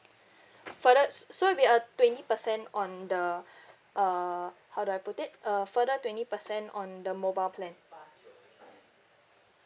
further s~ so it'll be a twenty percent on the uh how do I put it a further twenty percent on the mobile plan